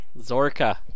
Zorka